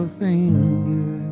finger